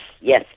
yes